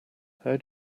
how